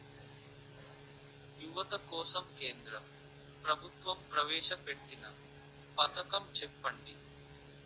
యువత కోసం కేంద్ర ప్రభుత్వం ప్రవేశ పెట్టిన పథకం చెప్పండి?